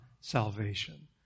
salvation